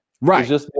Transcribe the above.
Right